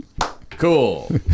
Cool